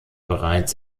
bereits